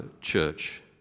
church